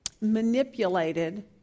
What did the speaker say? manipulated